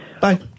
Bye